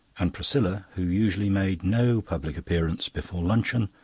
and priscilla, who usually made no public appearance before luncheon,